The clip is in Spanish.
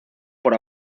por